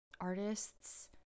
artists